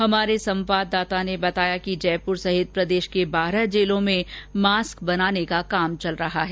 हमारे संवाददाता ने बताया कि जयपुर सहित प्रदेश के बारह जेलों में मास्क बनाने का काम चल रहा है